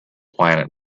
planet